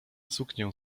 suknię